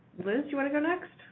liz, you want to go next?